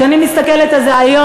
כשאני מסתכלת על זה היום,